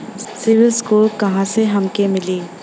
CIBIL score कहाँसे हमके मिली?